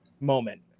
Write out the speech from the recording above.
moment